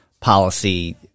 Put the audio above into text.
policy